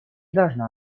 должна